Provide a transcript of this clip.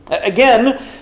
Again